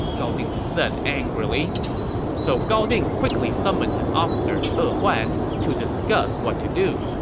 gao ding said angrily so gao ding quickly summoned his officer e huan to discuss what to do.